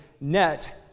net